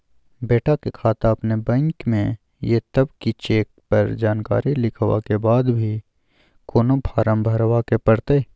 बेटा के खाता अपने बैंक में ये तब की चेक पर जानकारी लिखवा के बाद भी कोनो फारम भरबाक परतै?